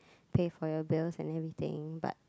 pay for your bills and everything but